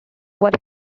were